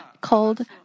called